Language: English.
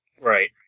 Right